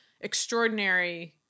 extraordinary